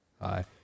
Hi